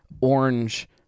orange